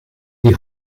die